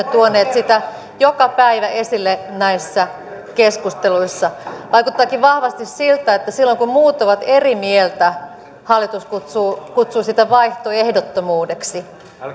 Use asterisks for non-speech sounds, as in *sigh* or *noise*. *unintelligible* tuoneet sitä joka päivä esille näissä keskusteluissa vaikuttaakin vahvasti siltä että silloin kun muut ovat eri mieltä hallitus kutsuu kutsuu sitä vaihtoehdottomuudeksi